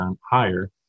higher